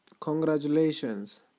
Congratulations